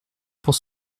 pour